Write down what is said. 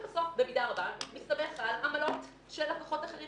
זה במידה רבה מסתמך על עמלות של לקוחות אחרים